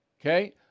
Okay